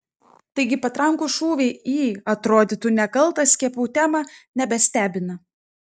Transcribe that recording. taigi patrankų šūviai į atrodytų nekaltą skiepų temą nebestebina